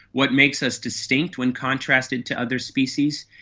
what makes us distinct when contrasted to other species.